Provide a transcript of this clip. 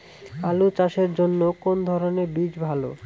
আলু চাষের জন্য কোন ধরণের বীজ ভালো?